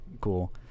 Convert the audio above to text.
cool